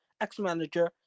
ex-manager